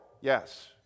Yes